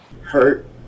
Hurt